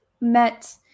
met